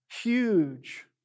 Huge